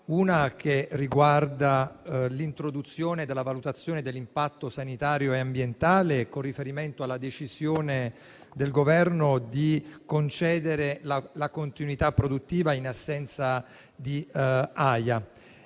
La prima riguarda l'introduzione della valutazione dell'impatto sanitario e ambientale con riferimento alla decisione del Governo di concedere la continuità produttiva in assenza di